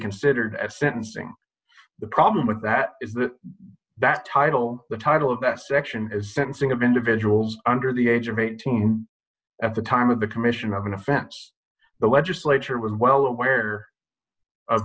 considered at sentencing the problem with that is that that title the title of that section is sentencing of individuals under the age of eighteen at the time of the commission of an offense the legislature was well aware of